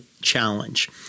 challenge